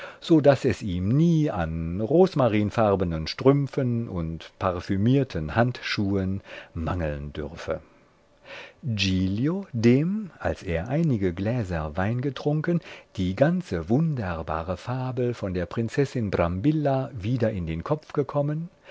so daß es ihm nie an rosmarinfarbnen strümpfen und parfümierten handschuhen mangeln dürfe giglio dem als er einige gläser wein getrunken die ganze wunderbare fabel von der prinzessin brambilla wieder in den kopf gekommen